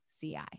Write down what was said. CI